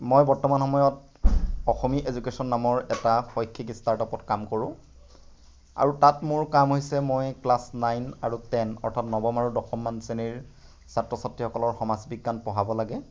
মই বৰ্তমান সময়ত অসমী এডুকেচন নামৰ এটা শৈক্ষিক ষ্টাৰ্টাপত কাম কৰোঁ আৰু তাত মোৰ কাম হৈছে মই ক্লাছ নাইন আৰু টেন অৰ্থাৎ নৱম আৰু দশমমান শ্ৰেণীৰ ছাত্ৰ ছাত্ৰীসকলৰ সমাজবিজ্ঞান পঢ়াব লাগে